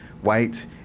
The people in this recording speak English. White